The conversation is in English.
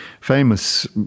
famous